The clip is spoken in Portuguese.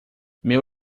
meu